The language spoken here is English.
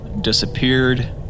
disappeared